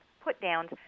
put-downs